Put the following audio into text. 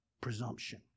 presumption